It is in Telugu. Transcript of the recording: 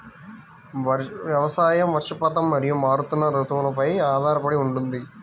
వ్యవసాయం వర్షపాతం మరియు మారుతున్న రుతువులపై ఆధారపడి ఉంటుంది